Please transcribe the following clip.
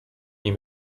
nie